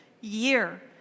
year